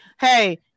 Hey